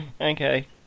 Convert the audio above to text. Okay